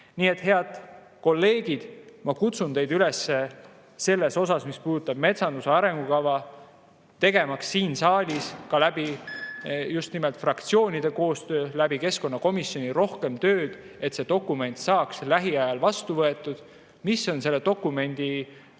Nii et, head kolleegid, ma kutsun teid üles teha selles, mis puudutab metsanduse arengukava, siin saalis ja ka just nimelt fraktsioonides koostööd, teha keskkonnakomisjonis rohkem tööd, et see dokument saaks lähiajal vastu võetud. Mis on selle dokumendi